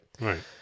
Right